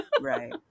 Right